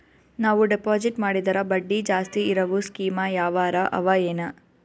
ನಾವು ಡೆಪಾಜಿಟ್ ಮಾಡಿದರ ಬಡ್ಡಿ ಜಾಸ್ತಿ ಇರವು ಸ್ಕೀಮ ಯಾವಾರ ಅವ ಏನ?